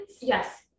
Yes